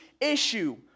issue